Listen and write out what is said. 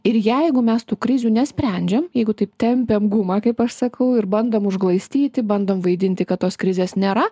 ir jeigu mes tų krizių nesprendžiam jeigu taip tempiam gumą kaip aš sakau ir bandom užglaistyti bandom vaidinti kad tos krizės nėra